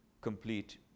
complete